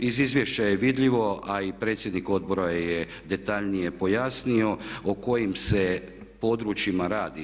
Iz izvješća je vidljivo, a i predsjednik odbora je detaljnije pojasnio o kojim se područjima radi.